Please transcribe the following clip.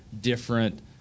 different